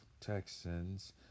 Texans